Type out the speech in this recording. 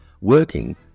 working